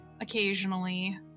occasionally